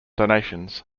donations